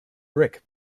brick